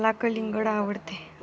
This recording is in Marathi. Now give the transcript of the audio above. मला कलिंगड आवडते